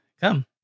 come